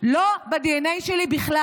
לא בדנ"א שלי בכלל.